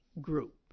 group